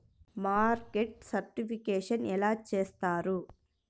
Market certification ఎలా చేస్తారు?